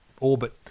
orbit